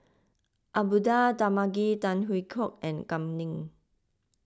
Abdullah Tarmugi Tan Hwee Hock and Kam Ning